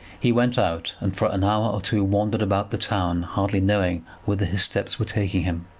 he went out, and for an hour or two wandered about the town, hardly knowing whither his steps were taking him.